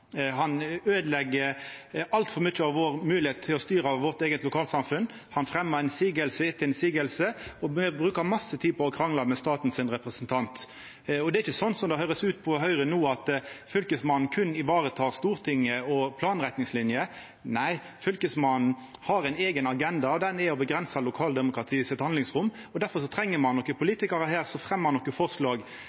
Han øydelegg altfor mykje av moglegheita vår til å styra vårt eige lokalsamfunn, han fremjar motsegn etter motsegn, og me brukar masse tid på å krangla med representanten for staten. Det er ikkje slik, som det høyrest ut på Høgre no, at Fylkesmannen berre varetek Stortinget og planretningslinjer. Nei, Fylkesmannen har ein eigen agenda, og den er å avgrensa handlingsrommet til lokaldemokratiet. Difor treng me å ha nokre politikarar her som fremjar nokre forslag.